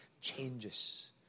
changes